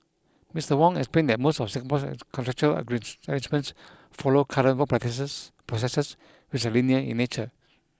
Mister Wong explained that most of Singapore's contractual and rich arrangements follow current work processes processes which are linear in nature